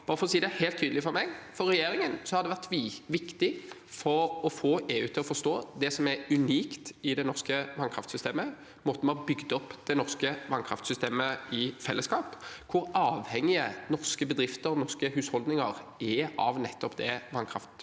For regjeringen har det vært viktig å få EU til å forstå det som er unikt i det norske vannkraftsystemet, måten vi har bygd opp det norske vannkraftsystemet i fellesskap på, hvor avhengige norske bedrifter og norske husholdninger er av nettopp det vannkraftsystemet,